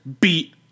beat